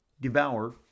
devour